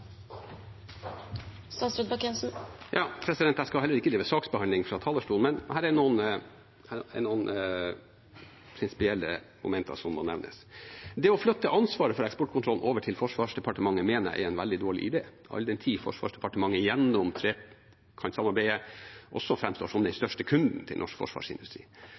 noen prinsipielle momenter som må nevnes. Det å flytte ansvaret for eksportkontrollen over til Forsvarsdepartementet mener jeg er en veldig dårlig idé, all den tid Forsvarsdepartementet gjennom trekantsamarbeidet også framstår som den største kunden til norsk forsvarsindustri.